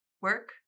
work